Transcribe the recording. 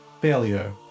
failure